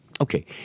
Okay